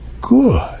good